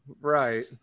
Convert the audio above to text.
Right